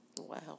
Wow